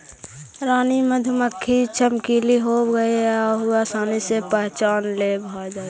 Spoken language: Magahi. रानी मधुमक्खी चमकीली होब हई आउ आसानी से पहचान लेबल जा हई